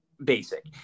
basic